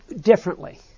differently